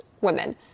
women